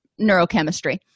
neurochemistry